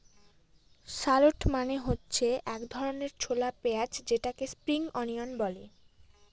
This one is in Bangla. শালট মানে হচ্ছে এক ধরনের ছোলা পেঁয়াজ যেটাকে স্প্রিং অনিয়ন বলে